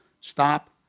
stop